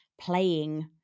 playing